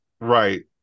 Right